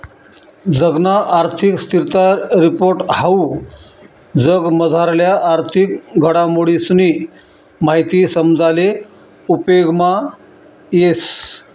जगना आर्थिक स्थिरता रिपोर्ट हाऊ जगमझारल्या आर्थिक घडामोडीसनी माहिती समजाले उपेगमा येस